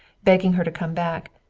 begging her to come back,